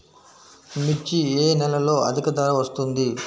మిర్చి ఏ నెలలో అధిక ధర వస్తుంది?